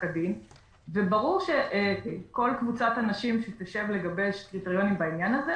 הדין וברור שכל קבוצת האנשים שתשב לגבש קריטריונים בעניין הזה,